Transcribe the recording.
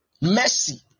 mercy